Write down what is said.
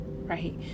right